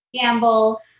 Gamble